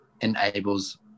enables